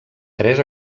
tres